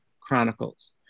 Chronicles